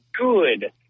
good